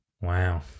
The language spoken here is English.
Wow